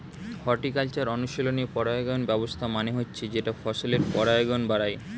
horticultural অনুশীলনে পরাগায়ন ব্যবস্থা মানে হচ্ছে যেটা ফসলের পরাগায়ন বাড়ায়